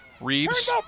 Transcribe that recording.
Reeves